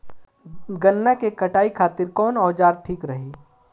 गन्ना के कटाई खातिर कवन औजार ठीक रही?